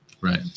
Right